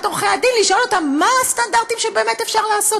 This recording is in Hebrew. עורכי-הדין לשאול אותם מה הסטנדרטים שבאמת אפשר לעשות.